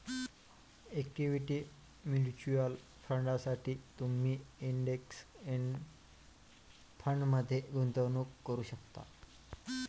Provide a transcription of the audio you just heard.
equity mutual फंडांसाठी तुम्ही index फंडमध्ये गुंतवणूक करू शकता